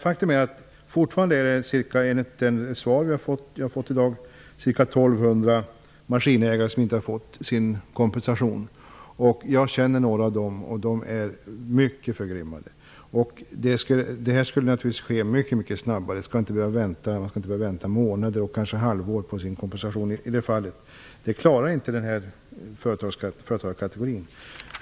Faktum är att enligt det svar jag har fått i dag finns det fortfarande ca 1 200 maskinägare som inte har fått sin kompensation. Jag känner några av dem. De är mycket förgrymmade. Det här måste gå mycket snabbare. Man skall inte behöva vänta månader eller kanske ett halvår på sin kompensation. Det klarar inte den här företagskategorin.